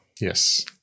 Yes